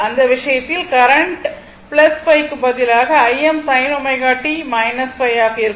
அந்த விஷயத்தில் கரண்ட் ϕ க்கு பதிலாக Im sin ω t ϕ ஆக இருக்கும்